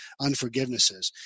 unforgivenesses